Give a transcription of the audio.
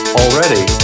already